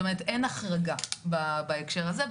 זאת אומרת אין החרגה בהקשר הזה,